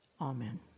Amen